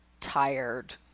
tired